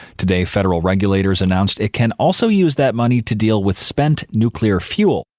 today federal regulators announced it can also use that money to deal with spent nuclear fuel.